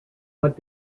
what